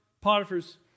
Potiphar's